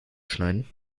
schneiden